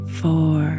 four